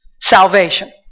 salvation